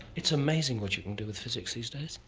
it's amazing what you can do with physics these days.